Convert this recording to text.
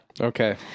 Okay